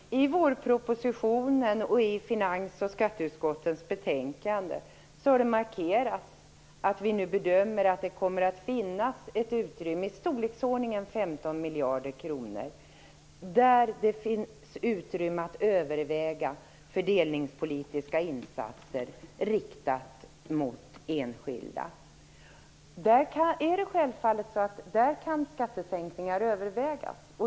Fru talman! I vårpropositionen och i finans och skatteutskottens betänkanden har det markerats att vi nu bedömer att det kommer att finnas ett utrymme i storleksordningen 15 miljarder kronor, där man kan överväga fördelningspolitiska insatser riktade mot enskilda. Där kan självfallet skattesänkningar övervägas.